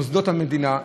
מוסדות המדינה.